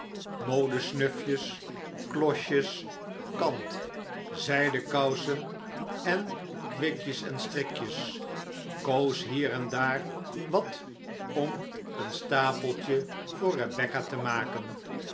fichu's modesnufjes klosjes kant zijden kousen en kwikjes en strikjes koos hier en daar wat om een stapeltje voor rebecca te maken